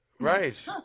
Right